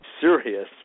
serious